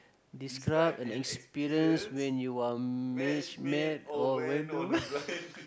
describe an experience when you are match made or went on a